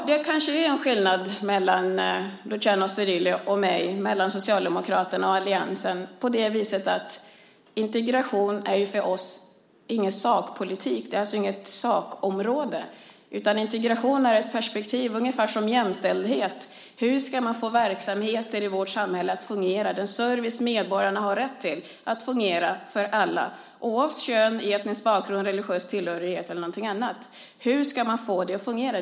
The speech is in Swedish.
Det kanske är en skillnad mellan Luciano Astudillo och mig, mellan Socialdemokraterna och alliansen, på det viset att integration för oss inte är sakpolitik, inte ett sakområde, utan integration är ett perspektiv ungefär som jämställdhet. Hur ska man få verksamheter i vårt samhälle att fungera? Hur ska man få den service som medborgarna har rätt till att fungera för alla oavsett kön, etnisk bakgrund, religiös tillhörighet eller någonting annat? Hur ska man få det att fungera?